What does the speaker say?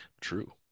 True